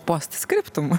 post skriptum